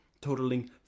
totaling